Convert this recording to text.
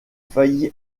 failli